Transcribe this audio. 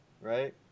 right